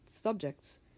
subjects